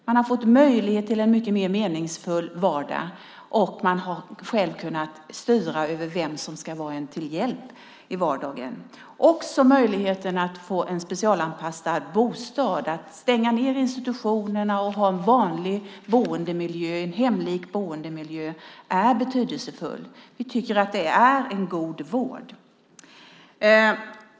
Man har fått möjlighet till en mycket mer meningsfull vardag och man har själv kunnat styra över vem som ska vara en till hjälp i vardagen. Möjligheten att få en specialanpassad bostad, att stänga ned institutionerna och ha en vanlig, hemlik boendemiljö är betydelsefull. Vi tycker att det är en god vård.